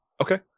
Okay